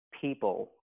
people